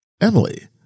Emily